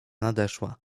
nadeszła